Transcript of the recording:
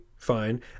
fine